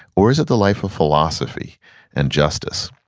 or is it the life of philosophy and justice?